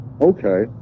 Okay